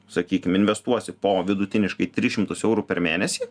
sakykim investuosi po vidutiniškai tris šimtus eurų per mėnesį